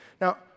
Now